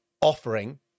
offering